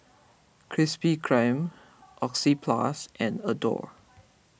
Krispy Kreme Oxyplus and Adore